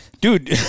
dude